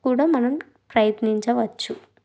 కూడా మనం ప్రయత్నించవచ్చు